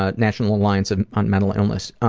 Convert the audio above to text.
ah national alliance um on mental illness.